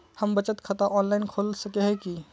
हम बचत खाता ऑनलाइन खोल सके है की?